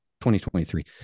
2023